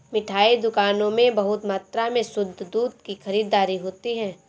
मिठाई दुकानों में बहुत मात्रा में शुद्ध दूध की खरीददारी होती है